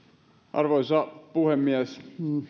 arvoisa puhemies